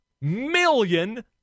million